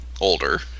older